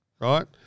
right